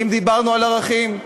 אם דיברנו על ערכים,